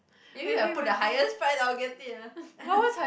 maybe if I put the highest prize I will get it ah